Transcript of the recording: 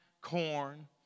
corn